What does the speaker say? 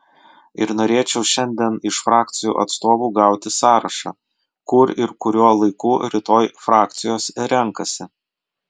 ir norėčiau šiandien iš frakcijų atstovų gauti sąrašą kur ir kuriuo laiku rytoj frakcijos renkasi